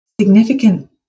significant